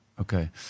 Okay